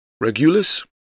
Regulus